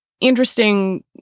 interesting